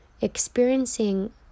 experiencing